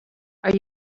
are